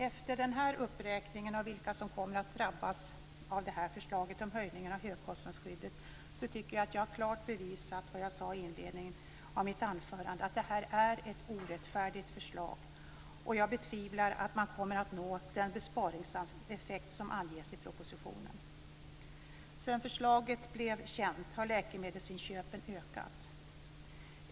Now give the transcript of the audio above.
Efter denna uppräkning av vilka som kommer att drabbas av förslaget om höjning av högkostnadsskyddet tycker jag att jag klart har bevisat vad jag sade i inledningen av mitt anförande om att detta är ett orättfärdigt förslag. Jag betvivlar att man kommer att nå den besparingseffekt som anges i propositionen. Sedan förslaget blev känt har läkemedelsinköpen ökat.